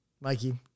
Mikey